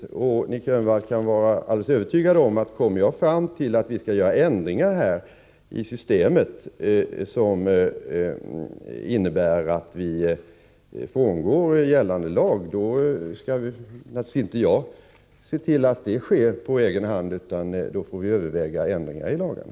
Nic Grönvall kan vara övertygad om att jag, om jag kommer fram till att vi skall göra ändringar i systemet som innebär att vi frångår gällande lag, naturligtvis inte skall göra detta på egen hand, utan då får vi överväga ändringar i lagarna.